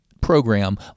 program